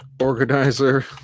organizer